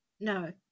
No